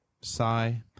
Sigh